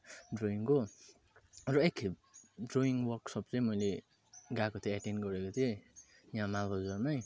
ड्रइङको अरू एकखेप drawing workshop चाहिँ मैले गएको थिएँ एटेन्ड गरेको थिएँ यहाँ मालबजारमै